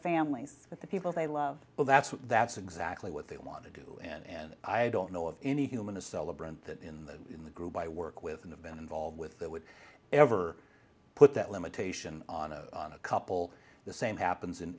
families with the people they love well that's what that's exactly what they want to do and i don't know of any human to celebrant that in the in the group i work with and have been involved with that would ever put that limitation on a on a couple the same happens in